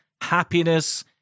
happiness